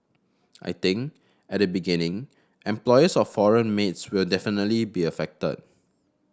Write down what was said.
I think at the beginning employers of foreign maids will definitely be affected